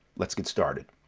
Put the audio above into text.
let's get started.